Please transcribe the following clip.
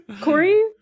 Corey